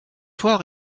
soir